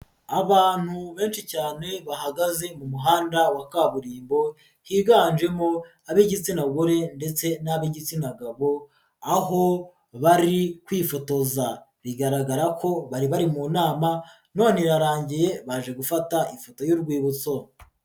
Abantu benshi cyane bahagaze mu muhanda wa kaburimbo higanjemo ab'igitsina gore ndetse n'ab'igitsina gabo aho bari kwifotoza, bigaragara ko bari bari mu nama none irarangiye baje gufata ifoto y'urwibutso.